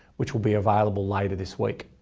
which will be available later this week.